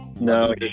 No